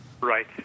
Right